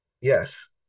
Yes